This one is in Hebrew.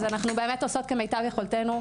אנחנו עושות כמיטב יכולתנו,